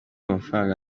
amafaranga